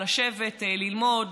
לשבת ללמוד,